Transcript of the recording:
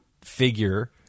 figure